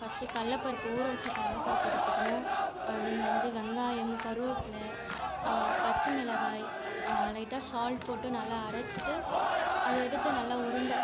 first கடல பருப்பு ஊறவச்ச கடல பருப்பு எடுத்துக்கணும் தென் வந்து வெங்காயம் கருப்பில்ல பச்சைமிளகாய் லைட்டாக சால்ட் போட்டு நல்லா அரச்சுட்டு அதை எடுத்து நல்லா உருண்டை